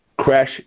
crash